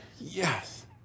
Yes